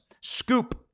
scoop